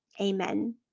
Amen